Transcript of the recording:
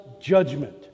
judgment